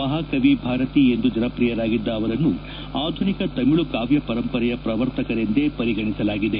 ಮಹಾಕವಿ ಭಾರತಿ ಎಂದು ಜನಪ್ರಿಯರಾಗಿದ್ದ ಅವರನ್ನು ಆಧುನಿಕ ತಮಿಳು ಕಾವ್ದ ಪರಂಪರೆಯ ಪ್ರವರ್ತಕರೆಂದೇ ಪರಿಗಣಿಸಲಾಗಿದೆ